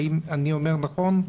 האם אני אומר נכון?